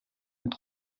mit